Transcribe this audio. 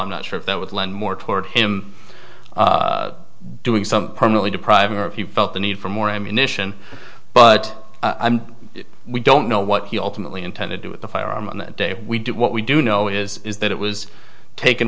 i'm not sure if that would lend more toward him doing something permanently depriving or if you felt the need for more ammunition but we don't know what he ultimately intend to do with the firearm on the day we do what we do know is is that it was taken